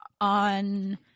on